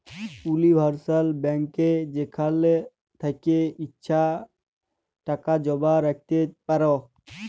universal ব্যাংকে যেখাল থ্যাকে ইছা টাকা জমা রাইখতে পার